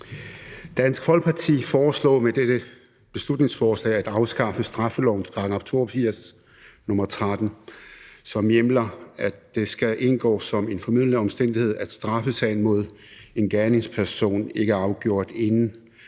Dansk Folkeparti foreslår med dette beslutningsforslag at afskaffe straffelovens § 82, nr. 13, som hjemler, at det skal indgå som en formildende omstændighed, at straffesagen mod en gerningsperson ikke er afgjort inden